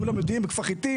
כולם יודעים בכפר חיטים.